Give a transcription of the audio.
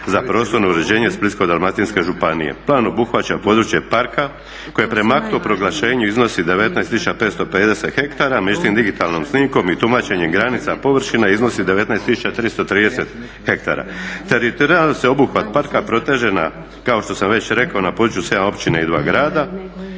za prostorno uređenje Splitsko-dalmatinske županije. Plan obuhvaća područje parka koje prema aktu o proglašenju iznosi 19550 ha …/Govornik se ne razumije./… digitalnom snimkom i tumačenjem granica površine iznosi 19330 ha. Teritorijalno se sveobuhvat parka proteže na kao što sam već rekao na području 7 općina i 2 grada.